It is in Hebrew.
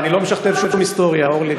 אני לא משכתב שום היסטוריה, אורלי.